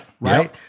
right